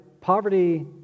Poverty